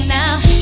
now